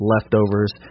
leftovers